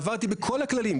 ועמדתי בכל הכללים,